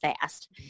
fast